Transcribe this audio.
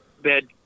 bed